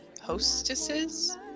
hostesses